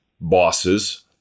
bosses